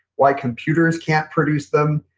why computers can't produce them.